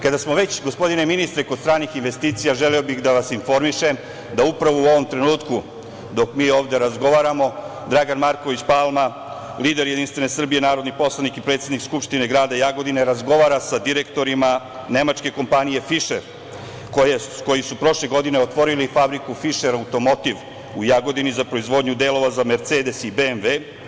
Kada smo već, gospodine ministre, kod stranih investicija želeo bih da vas informišem da upravo u ovom trenutku dok mi ovde razgovaramo, Dragan Marković palma, lider JS, narodni poslanik i predsednik Skupštine grada Jagodine sa direktorima nemačke kompanije „Fišer“ koji su prošle godine otvorili fabriku „Fišer automobil“ Jagodini za proizvodnju delova za „Mercedes“ i „BMV“